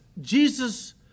Jesus